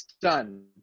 done